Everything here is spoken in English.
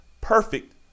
perfect